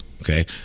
okay